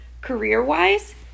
career-wise